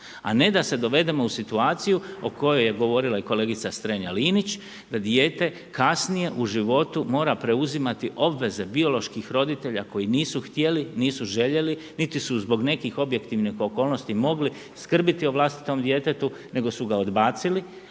A ne da se dovedemo u situaciju o kojoj je govorila kolegica Strenja Linić, da dijete kasnije u životu mora preuzimati obveze bioloških roditelja koji nisu htjeli, nisu željeli niti su zbog nekih objektivnih okolnosti mogli skrbiti o vlastitom djetetu nego su ga odbacili,